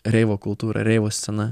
reivo kultūra reivo scena